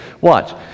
watch